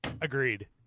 agreed